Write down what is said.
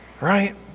Right